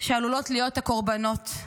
שעלולות להיות הקורבנות הבאות.